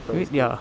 ya